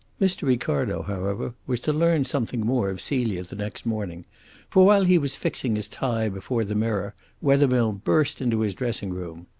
mr. ricardo, however, was to learn something more of celia the next morning for while he was fixing his tie before the mirror wethermill burst into his dressing-room.